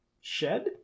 shed